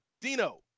Dino